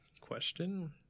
question